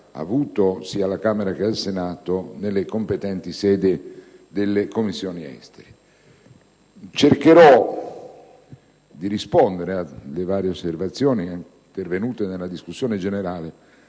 avuto sia alla Camera che al Senato nelle competenti sedi delle Commissioni esteri. Cercherò di rispondere alle varie osservazioni espresse nella discussione generale,